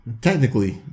Technically